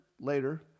later